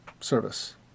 service